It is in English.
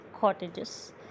cottages